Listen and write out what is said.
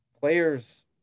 players